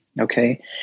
Okay